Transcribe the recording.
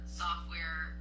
software